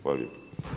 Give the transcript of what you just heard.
Hvala lijepo.